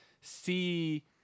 see